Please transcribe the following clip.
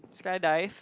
sky dive